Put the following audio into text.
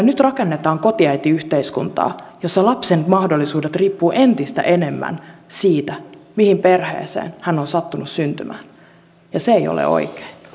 nyt rakennetaan kotiäitiyhteiskuntaa jossa lapsen mahdollisuudet riippuvat entistä enemmän siitä mihin perheeseen hän on sattunut syntymään ja se ei ole oikein